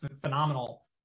phenomenal